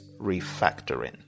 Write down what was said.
refactoring